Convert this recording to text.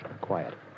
quiet